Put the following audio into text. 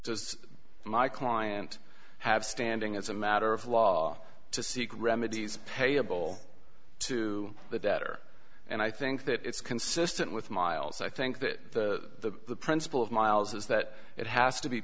because my client have standing as a matter of law to seek remedies payable to the debtor and i think that it's consistent with miles i think that the principle of miles is that it has to be